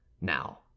now